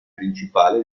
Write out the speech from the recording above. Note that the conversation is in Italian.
principale